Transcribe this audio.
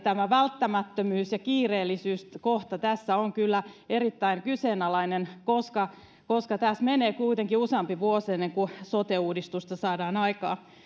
tämä välttämättömyys ja kiireellisyys kohta tässä on kyllä erittäin kyseenalainen koska koska tässä menee kuitenkin useampi vuosi ennen kuin sote uudistusta saadaan aikaan